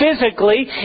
physically